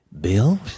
Bill